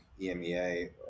EMEA